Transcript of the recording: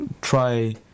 try